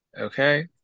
Okay